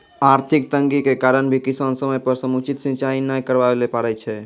आर्थिक तंगी के कारण भी किसान समय पर समुचित सिंचाई नाय करवाय ल पारै छै